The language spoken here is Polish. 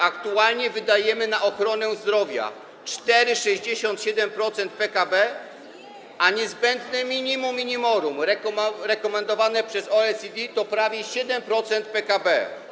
Aktualnie wydajemy na ochronę zdrowia 4,67% PKB, a niezbędne minimum minimorum rekomendowane przez OECD to prawie 7% PKB.